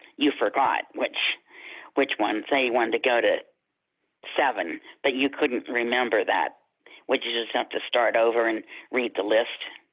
you forgot which which ones they wanted to go to seven but you couldn't remember that would you just have to start over and read the list?